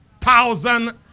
thousand